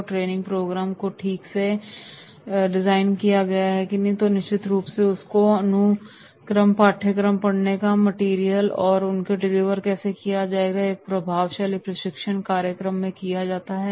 और अगर training programme को ठीक से राइन किया गया है तो निश्चित रूप से हमें उसका अनुक्रम पाठ्यक्रम पढ़ने का मटेरियल और उसको डिलीवर कैसे किया जाएगा यह भी एक प्रभावशाली प्रशिक्षण कार्यक्रम में किया जाता है